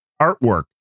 artwork